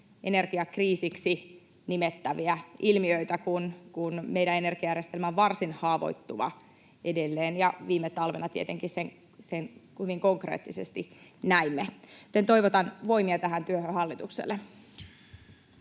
energiakriisiksi nimettäviä ilmiöitä, kun meidän energiajärjestelmä on varsin haavoittuva edelleen, viime talvena tietenkin sen hyvin konkreettisesti näimme. Joten toivotan voimia hallitukselle